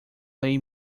lay